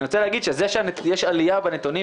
אני רוצה להגיד שזה שיש עלייה בנתונים